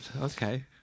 Okay